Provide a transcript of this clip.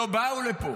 שלא באו לפה,